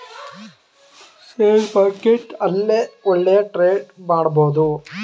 share market ಅಲ್ಲೇ ಒಳ್ಳೆಯ trade ಮಾಡಬಹುದು